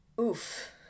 Oof